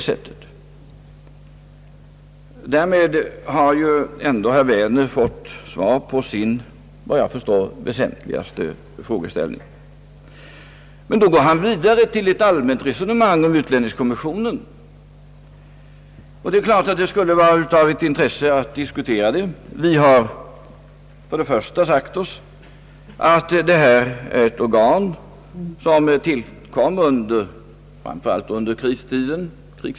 Därmed har ju ändå herr Werner fått svar på sin väsentligaste frågeställning, men då går han vidare till ett allmänt resonemang om utlänningskommissionen. Det är klart att det skulle vara av intresse med en sådan diskussion. Utlänningskommissionen är ett organ som tillkom under krigstiden.